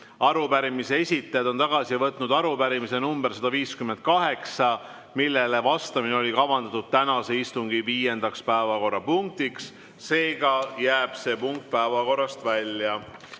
arupärimise esitajad on tagasi võtnud arupärimise number 158, millele vastamine oli kavandatud tänase istungi viiendaks päevakorrapunktiks. Seega jääb see punkt päevakorrast välja.